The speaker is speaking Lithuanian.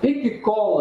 iki kol